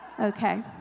Okay